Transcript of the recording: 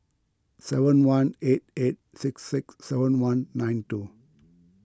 seven one eight eight six six seven one nine two